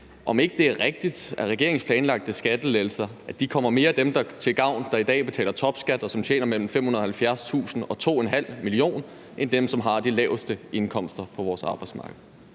om ikke det er rigtigt, at regeringens planlagte skattelettelser mere kommer dem til gavn, der i dag betaler topskat, og som tjener mellem 570.000 kr. og 2,5 mio. kr., end dem, som har de laveste indkomster på vores arbejdsmarked.